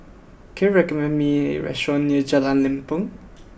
can you recommend me a restaurant near Jalan Lempeng